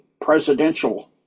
presidential